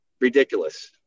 ridiculous